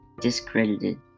discredited